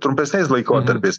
trumpesniais laikotarpiais